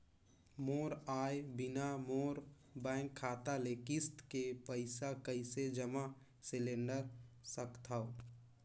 मोर आय बिना मोर बैंक खाता ले किस्त के पईसा कइसे जमा सिलेंडर सकथव?